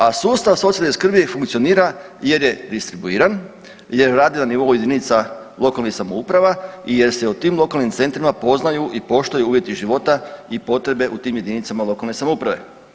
A sustav socijalne skrbi funkcionira jer je distribuiran, jer radi na nivou jedinica lokalnih samouprava i jer se u tim lokalnim centrima poznaju i poštuju uvjeti života i potrebe u tim jedinicama lokalne samouprave.